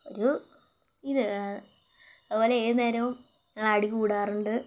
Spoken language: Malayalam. ഒരു ഇത് അതുപോലെ ഏതുനേരവും ആ അടികൂടാറുണ്ട്